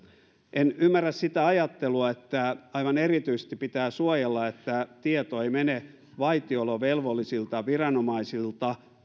en ymmärrä sitä ajattelua että aivan erityisesti pitää suojella että tieto ei mene vaitiolovelvollisilta viranomaisilta